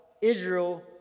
Israel